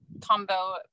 Combo